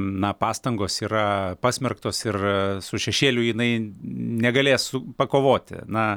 na pastangos yra pasmerktos ir su šešėliu jinai negalės pakovoti na